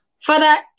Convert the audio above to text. Father